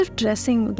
dressing